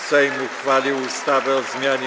Sejm uchwalił ustawę o zmianie